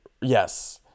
Yes